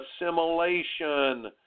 assimilation